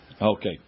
Okay